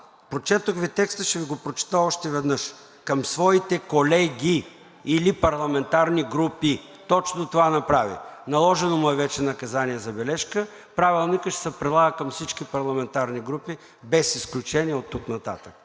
Прочетох Ви текста, ще Ви го прочета още веднъж: „към своите колеги или парламентарни групи“. Точно това направи! Наложено му е вече наказание „забележка“. Правилникът ще се прилага към всички парламентарни групи без изключение оттук нататък.